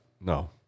No